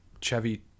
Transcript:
Chevy